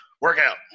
workout